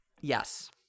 Yes